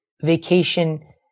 vacation